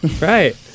right